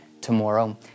tomorrow